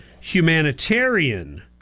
humanitarian